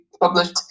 published